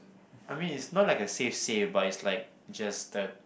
I mean is not like a safe safe but is like just a